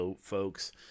folks